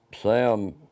Sam